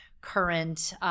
current